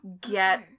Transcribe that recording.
get